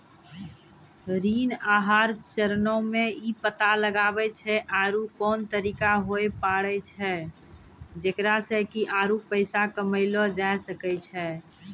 ऋण आहार चरणो मे इ पता लगाबै छै आरु कोन तरिका होय पाड़ै छै जेकरा से कि आरु पैसा कमयलो जाबै सकै छै